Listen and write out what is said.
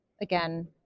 again